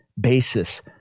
basis